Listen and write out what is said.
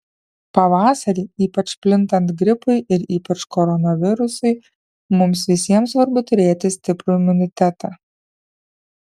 pavasarį ypač plintant gripui ir ypač koronavirusui mums visiems svarbu turėti stiprų imunitetą